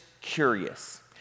curious